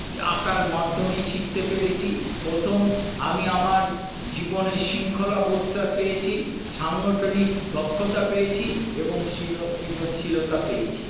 আঁকার মাধ্যমে শিখতে পেরেছি প্রথম আমি আমার জীবনে শৃঙ্খলা বোধটা পেয়েছি সাংগঠনিক দক্ষতা পেয়েছি এবং সৃজনশীলতা পেয়েছি